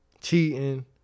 cheating